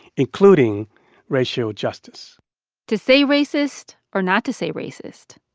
including racial justice to say racist or not to say racist,